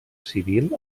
civil